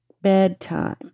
bedtime